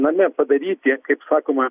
na nepadaryti kaip sakoma